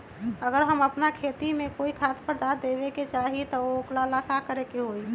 अगर हम अपना खेती में कोइ खाद्य पदार्थ देबे के चाही त वो ला का करे के होई?